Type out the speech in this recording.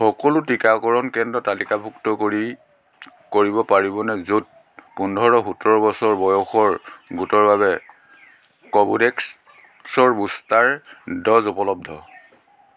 সকলো টিকাকৰণ কেন্দ্ৰ তালিকাভুক্ত কৰি কৰিব পাৰিবনে য'ত পোন্ধৰ সোতৰ বছৰ বয়সৰ গোটৰ বাবে কোভোভেক্সৰ বুষ্টাৰ ড'জ উপলব্ধ